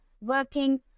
working